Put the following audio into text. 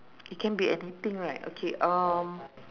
it can be anything right okay um